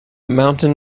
mountain